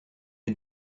you